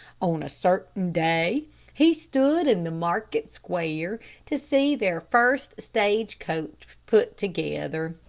on a certain day he stood in the market square to see their first stage-coach put together.